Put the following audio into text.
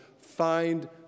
find